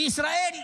בישראל,